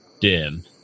dim